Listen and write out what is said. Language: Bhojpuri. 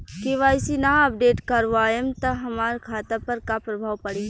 के.वाइ.सी ना अपडेट करवाएम त हमार खाता पर का प्रभाव पड़ी?